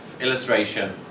illustration